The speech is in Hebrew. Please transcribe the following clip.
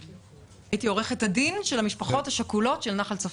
הייתי עורכת הדין של המשפחות השכולות מאסון נחל צפית.